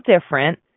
different